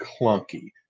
clunky